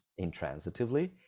intransitively